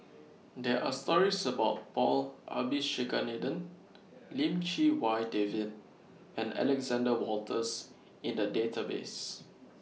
There Are stories about Paul Abisheganaden Lim Chee Wai David and Alexander Wolters in The Database